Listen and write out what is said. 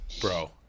bro